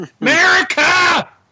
America